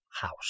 house